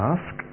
Ask